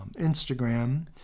Instagram